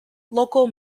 local